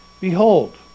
Behold